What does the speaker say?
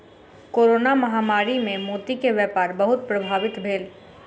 corona महामारी मे मोती के व्यापार बहुत प्रभावित भेल